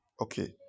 Okay